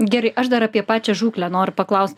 gerai aš dar apie pačią žūklę noriu paklaust